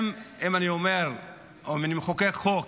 אם אני אומר או אם אני מחוקק חוק,